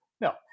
No